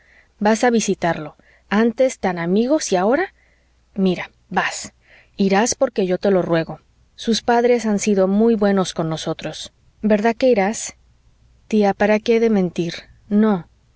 vas a visitarlo antes tan amigos y ahora mira vas irás porque yo te lo ruego sus padres han sido muy buenos con nosotros verdad que irás tía para qué he de mentir no